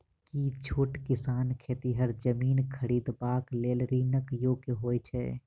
की छोट किसान खेतिहर जमीन खरिदबाक लेल ऋणक योग्य होइ छै?